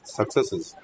successes